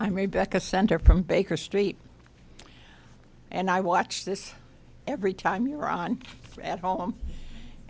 i'm rebecca center from baker street and i watch this every time you're on at home